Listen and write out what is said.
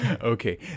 Okay